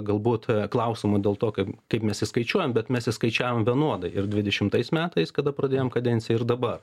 galbūt klausimų dėl to kad kaip mes jį skaičiuojam bet mes jį skaičiavom vienodai ir dvidešimtais metais kada pradėjom kadenciją ir dabar